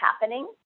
happening